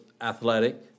athletic